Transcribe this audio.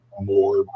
more